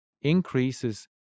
increases